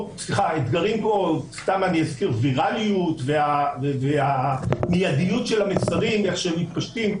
אתגרים כמו וויראליות והמיידיות של המסרים ואיך שהם מתפשטים,